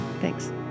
Thanks